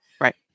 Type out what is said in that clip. right